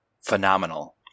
phenomenal